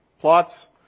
plots